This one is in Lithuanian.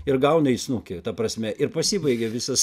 ir gauna į snukį ta prasme ir pasibaigia visas